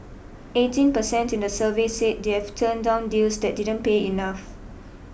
eighteen percent in the survey said they've turned down deals that didn't pay enough